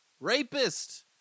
Rapist